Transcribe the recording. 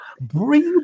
Breathe